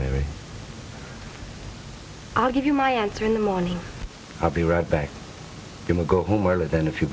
maybe i'll give you my answer in the morning i'll be right back you will go home early then if you